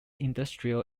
industrial